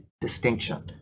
distinction